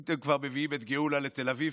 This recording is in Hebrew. אם אתם כבר מביאים את גאולה לתל אביב,